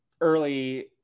early